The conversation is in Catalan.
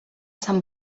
sant